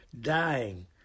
dying